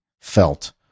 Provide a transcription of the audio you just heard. felt